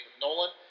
Nolan